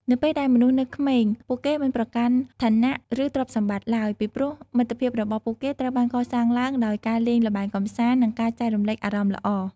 នៅពេលដែលមនុស្សនៅក្មេង ពួកគេមិនប្រកាន់ឋានៈ ឬទ្រព្យសម្បត្តិឡើយ ពីព្រោះមិត្តភាពរបស់ពួកគេត្រូវបានកសាងឡើងដោយការលេងល្បែងកម្សាន្តនិងការចែករំលែកអារម្មណ៍ល្អ។